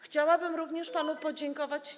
Chciałabym również panu podziękować.